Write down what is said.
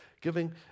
Giving